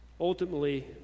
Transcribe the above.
Ultimately